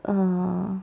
err